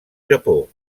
japó